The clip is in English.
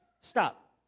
Stop